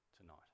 tonight